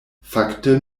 fakte